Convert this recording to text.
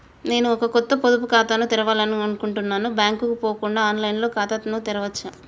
నేను ఒక కొత్త పొదుపు ఖాతాను తెరవాలని అనుకుంటున్నా బ్యాంక్ కు పోకుండా ఆన్ లైన్ లో ఖాతాను తెరవవచ్చా?